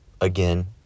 again